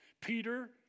Peter